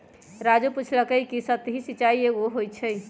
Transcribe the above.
राजू पूछलकई कि सतही सिंचाई कैगो होई छई